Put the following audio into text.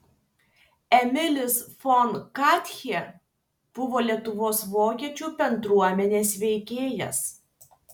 emilis fon katchė buvo lietuvos vokiečių bendruomenės veikėjas